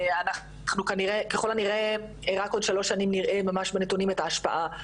אנחנו ככל הנראה רק עוד שלוש שנים נראה ממש בנתונים את ההשפעה,